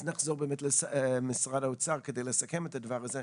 נחזור למשרד האוצר כדי לסכם את הדבר הזה.